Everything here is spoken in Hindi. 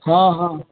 हाँ हाँ